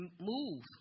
move